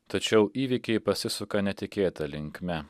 tačiau įvykiai pasisuka netikėta linkme